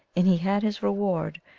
and he had his reward,